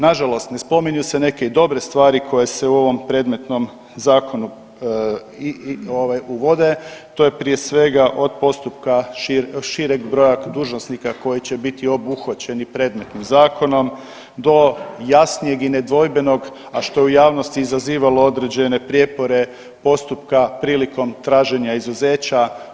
Nažalost ne spominju se i neke dobre stvari koje se u ovom predmetnom zakonu uvode, to je prije svega od postupka šireg broja dužnosnika koji će biti obuhvaćeni predmetnim zakonom do do jasnijeg i nedvojbenog, a što u javnosti izazivalo određene prijepore postupka prilikom traženja izuzeća.